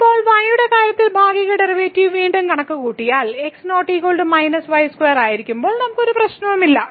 ഇപ്പോൾ y യുടെ കാര്യത്തിൽ ഭാഗിക ഡെറിവേറ്റീവ് വീണ്ടും കണക്കുകൂട്ടിയാൽ ആയിരിക്കുമ്പോൾ നമുക്ക് ഒരു പ്രശ്നവുമില്ല